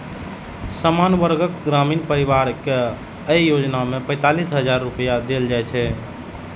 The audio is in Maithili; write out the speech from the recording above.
सामान्य वर्गक ग्रामीण परिवार कें अय योजना मे पैंतालिस हजार रुपैया देल जाइ छै